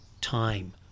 time